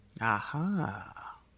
Aha